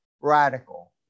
radical